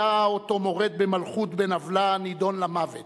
היה אותו מורד במלכות בן-עוולה נידון למוות,